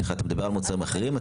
אתה מדבר על מוצרים אחרים?